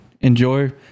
enjoy